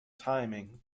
timing